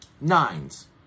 nines